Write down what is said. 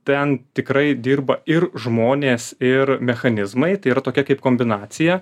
ten tikrai dirba ir žmonės ir mechanizmai tai yra tokia kaip kombinacija